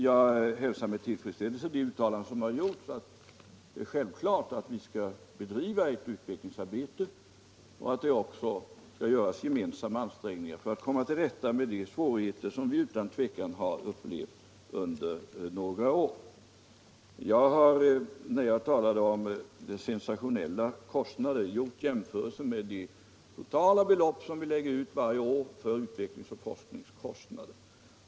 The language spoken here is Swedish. Jag hälsar med tillfredsställelse det uttalande som här har gjorts, att vi självfallet skall bedriva ett utvecklingsarbete och att det också skall göras gemensamma ansträngningar för att komma till rätta med de svårigheter som vi utan tvekan har upplevt under några år. När jag talade om de stora kostnaderna, så gjorde jag jämförelser med de totala belopp som vi lägger ut varje år för utveckling och forskning.